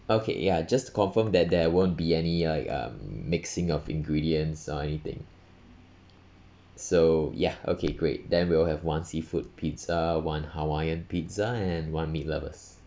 okay ya just to confirm that there won't be any like um mixing of ingredients or anything so ya okay great then we'll have one seafood pizza one hawaiian pizza and one meat lovers